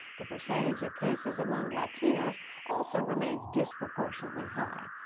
the percentage of cases among latinos also remains disproportionately high.